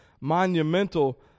monumental